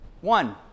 One